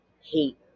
hate